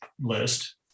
list